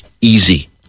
easy